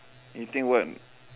you think [what]